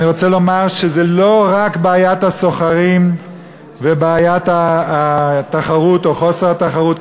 אני רוצה לומר שזה לא רק בעיית הסוחרים ובעיית התחרות או חוסר התחרות.